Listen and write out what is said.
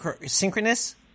Synchronous